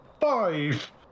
five